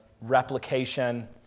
replication